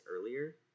earlier